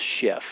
shift